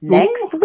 next